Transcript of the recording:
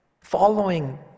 following